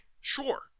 Sure